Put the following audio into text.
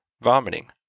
vomiting